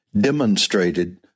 demonstrated